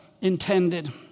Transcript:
intended